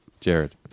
Jared